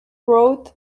wrote